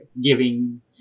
giving